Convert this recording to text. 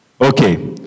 Okay